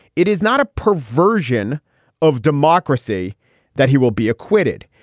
it is not a perversion of democracy that he will be acquitted.